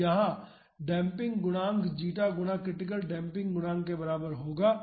तो डेम्पिंग गुणांक जीटा गुणा क्रिटिकल डेम्पिंग गुणांक के बराबर होगा